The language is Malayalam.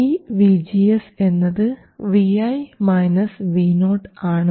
ഈ VGS എന്നത് Vi Voആണ്